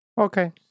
Okay